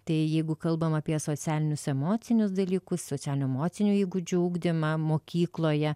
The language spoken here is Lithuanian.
tai jeigu kalbam apie socialinius emocinius dalykus socialinių emocinių įgūdžių ugdymą mokykloje